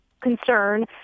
concern